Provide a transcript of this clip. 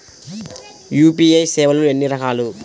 UPI సేవలు ఎన్నిరకాలు?